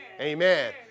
Amen